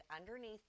underneath